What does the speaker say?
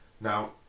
Now